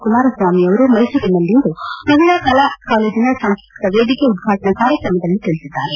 ಕುಮಾರಸ್ನಾಮಿ ಅವರು ಮ್ಯೆಸೂರಿನಲ್ಲಿಂದು ಮಹಿಳಾ ಕಲಾ ಕಾಲೇಜಿನ ಸಾಂಸ್ಕೃತಿಕ ವೇದಿಕೆ ಉದ್ಘಾಟನಾ ಕಾರ್ಯಕ್ರಮದಲ್ಲಿ ತಿಳಿಸಿದ್ದಾರೆ